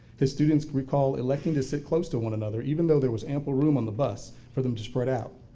his students recall electing to sit close to one another even though there was ample room on the bus for them to spread out.